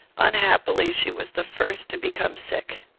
unhappily, she was the first to become sick.